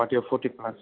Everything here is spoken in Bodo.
गहाटियाव पर्टि फ्लास